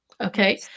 okay